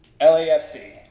LAFC